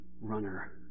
runner